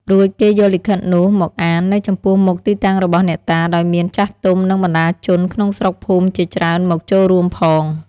រួចគេយកលិខិតនោះមកអាន នៅចំពោះមុខទីតាំងរបស់អ្នកតា ដោយមាន ចាស់ទុំ និង បណ្តាជនក្នុងស្រុកភូមិជាច្រើនមកចូលរួមផង។